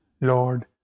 Lord